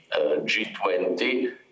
G20